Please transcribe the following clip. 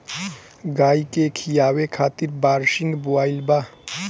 गाई के खियावे खातिर बरसिंग बोआइल बा